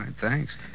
thanks